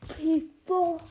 people